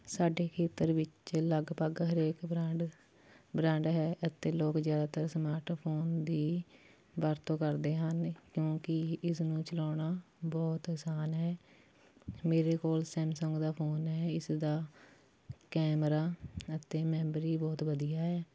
ਸਾਡੇ ਖੇਤਰ ਵਿੱਚ ਲਗਭਗ ਹਰੇਕ ਬਰਾਂਡ ਬਰਾਂਡ ਹੈ ਅਤੇ ਲੋਕ ਜ਼ਿਆਦਾਤਰ ਸਮਾਰਟਫੋਨ ਦੀ ਵਰਤੋਂ ਕਰਦੇ ਹਨ ਕਿਉਂਕਿ ਇਸ ਨੂੰ ਚਲਾਉਣਾ ਬਹੁਤ ਅਸਾਨ ਹੈ ਮੇਰੇ ਕੋਲ ਸੈਮਸੰਗ ਦਾ ਫੋਨ ਹੈ ਇਸ ਦਾ ਕੈਮਰਾ ਅਤੇ ਮੈਮਰੀ ਬਹੁਤ ਵਧੀਆ ਹੈ